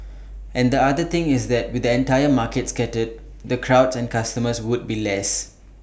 and the other thing is that with the entire market scattered the crowds and customers will be less